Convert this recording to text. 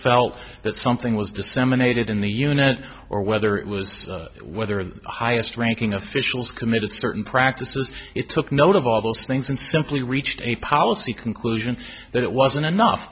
health that something was disseminated in the unit or whether it was whether the highest ranking officials committed certain practices it took note of all those things and simply reached a policy conclusion that it wasn't enough